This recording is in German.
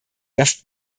dass